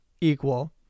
equal